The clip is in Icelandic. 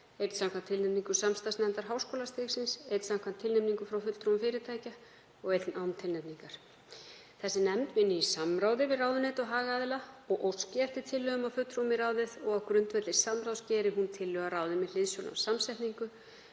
einn samkvæmt tilnefningu samstarfsnefndar háskólastigsins, einn samkvæmt tilnefningu frá fulltrúum fyrirtækja og einn án tilnefningar. Þessi nefnd vinni í samráði við ráðuneyti og hagaðila og óski eftir tillögum að fulltrúum í ráðið. Á grundvelli samráðs gerir hún tillögu að ráði með hliðsjón af samsetningu